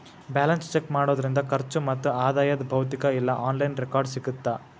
balance check ಮಾಡೋದ್ರಿಂದ ಖರ್ಚು ಮತ್ತ ಆದಾಯದ್ ಭೌತಿಕ ಇಲ್ಲಾ ಆನ್ಲೈನ್ ರೆಕಾರ್ಡ್ಸ್ ಸಿಗತ್ತಾ